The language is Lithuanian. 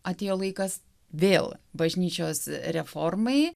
atėjo laikas vėl bažnyčios reformai